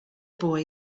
boy